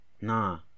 Nah